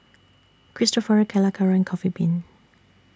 Cristofori Calacara Coffee Bean